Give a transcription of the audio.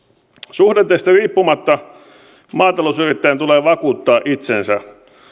suhdanteista riippumatta maatalousyrittäjän tulee vakuuttaa itsensä